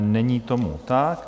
Není tomu tak.